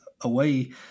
away